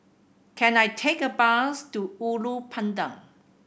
can I take a bus to Ulu Pandan